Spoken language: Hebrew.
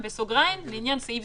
זה